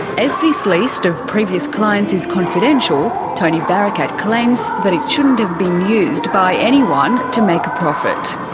as this list of previous clients is confidential, tony barakat claims that it shouldn't have been used by anyone to make a profit.